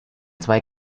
zwei